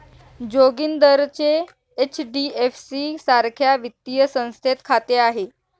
जोगिंदरचे एच.डी.एफ.सी सारख्या वित्तीय संस्थेत खाते आहे